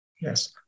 Yes